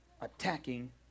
attacking